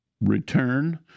return